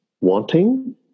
wanting